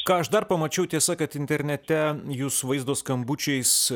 ką aš dar pamačiau tiesa kad internete jūs vaizdo skambučiais